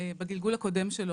בגלגול הקודם שלו,